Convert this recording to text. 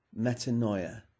metanoia